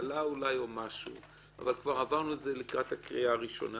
תקלה או משהו אבל עברנו את זה לקראת הקריאה הראשונה